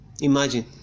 imagine